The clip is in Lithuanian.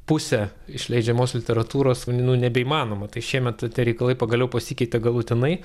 pusę išleidžiamos literatūros nu nebeįmanoma tai šiemet tie reikalai pagaliau pasikeitė galutinai